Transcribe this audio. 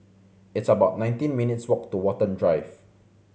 it's about nineteen minutes' walk to Watten Drive